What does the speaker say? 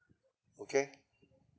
okay